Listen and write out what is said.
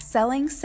Selling